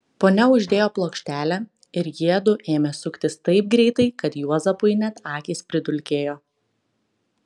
ponia uždėjo plokštelę ir jiedu ėmė suktis taip greitai kad juozapui net akys pridulkėjo